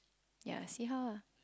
ya see how lah